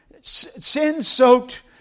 sin-soaked